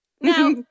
now